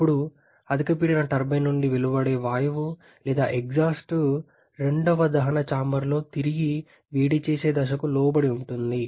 అప్పుడు అధిక పీడన టర్బైన్ నుండి వెలువడే వాయువు లేదా ఎగ్జాస్ట్ రెండవ దహన చాంబర్లో తిరిగి వేడి చేసే దశకు లోబడి ఉంటుంది